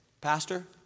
Pastor